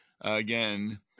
again